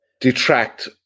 detract